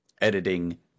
editing